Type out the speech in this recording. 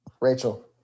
Rachel